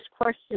question